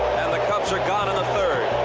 and the cubs are gone in the third.